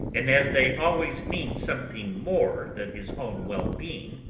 and as they always mean something more than his own well-being,